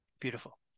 Beautiful